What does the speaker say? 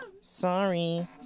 Sorry